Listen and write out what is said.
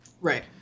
Right